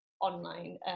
online